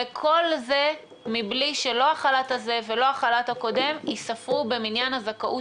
וכל זה מבלי שלא החל"ת הזה ולא החל"ת הקודם ייספרו במניין הזכאות